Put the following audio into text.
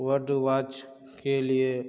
वड वाच के लिए